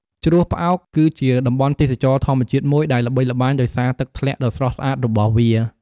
ជ្រោះផ្អោក គឺជាតំបន់ទេសចរណ៍ធម្មជាតិមួយដែលល្បីល្បាញដោយសារទឹកធ្លាក់ដ៏ស្រស់ស្អាតរបស់វា។